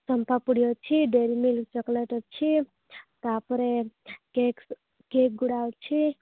ଚମ୍ପାପୁଡ଼ି ଅଛି dairy milk chocolate ଅଛି ତାପରେ କେକ୍ କେକ୍ ଗୁଡ଼ା ଅଛି